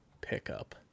pickup